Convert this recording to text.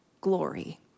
Glory